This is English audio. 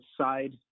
side